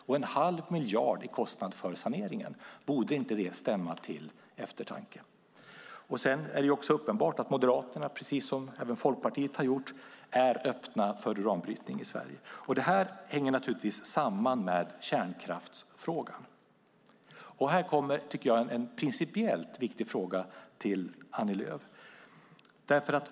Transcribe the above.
Borde inte halv miljard i kostnad för sanering stämma till eftertanke? Det är uppenbart att Moderaterna, precis som Folkpartiet, är öppna för uranbrytning i Sverige. Detta hänger naturligtvis samman med kärnkraftsfrågan. Här kommer, tycker jag, en principiellt viktig fråga till Annie Lööf.